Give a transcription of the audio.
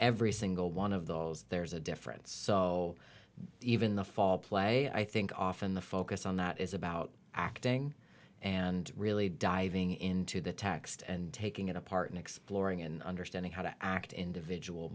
every single one of those there's a difference so even the fall play i think often the focus on that is about acting and really diving into the text and taking it apart and exploring and understanding how to act individual